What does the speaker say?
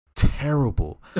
terrible